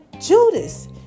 Judas